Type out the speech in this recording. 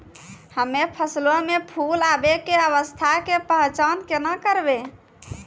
हम्मे फसलो मे फूल आबै के अवस्था के पहचान केना करबै?